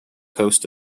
coast